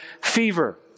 fever